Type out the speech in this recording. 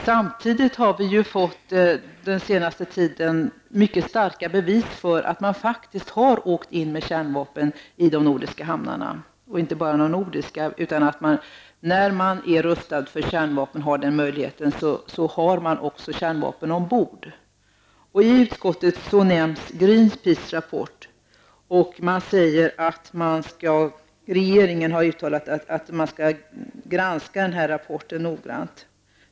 Samtidigt har vi den senaste tiden fått starka bevis för att man faktiskt har åkt in med kärnvapen i de nordiska hamnarna. Detta gäller inte bara de nordiska hamnarna, utan är man rustad för kärnvapen och har den möjligheten, har man också kärnvapen ombord. I utskottets betänkande nämns Greenpeaces rapport och att regeringen har uttalat att man skall granska denna rapport noggrant.